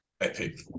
Epic